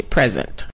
Present